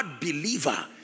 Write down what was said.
believer